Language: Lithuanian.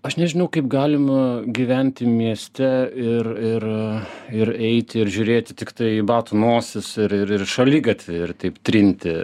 aš nežinau kaip galim gyventi mieste ir ir ir eiti ir žiūrėti tiktai į batų nosis ir ir į šaligatvį ir taip trinti